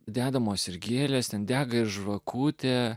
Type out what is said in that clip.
dedamos ir gėlės ten dega žvakutė